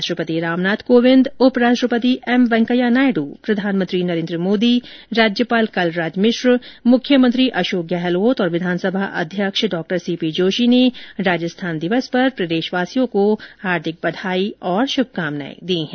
राष्ट्रपति रामनाथ कोविंद उप राष्ट्रपति एम वैकेंया नायडू प्रधानमंत्री नरेन्द्र मोदी राज्यपाल कलराज मिश्र मुख्यमंत्री अशोक गहलोत और विधानसभा अध्यक्ष डॉ सीपी जोशी ने राजस्थान दिवस पर प्रदेशवासियों को बधाई और शुभकामनाएं दी है